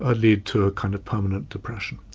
ah lead to a kind of permanent depression.